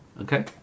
okay